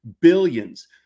billions